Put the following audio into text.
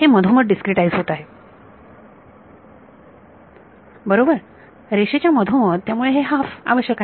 हे मधोमध डिस्क्रीटाइझ होत आहे बरोबर रेषेच्या मधोमध त्यामुळेच हे हाफ आवश्यक आहे